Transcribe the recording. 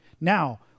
now